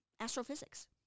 astrophysics